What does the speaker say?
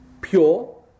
pure